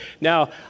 Now